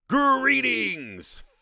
Greetings